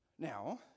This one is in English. Now